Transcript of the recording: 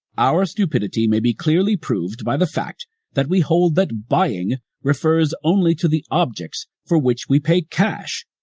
our stupidity may be clearly proved by the fact that we hold that buying refers only to the objects for which we pay cash,